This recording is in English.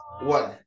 one